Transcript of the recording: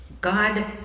God